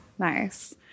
Nice